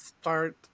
start